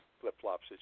flip-flops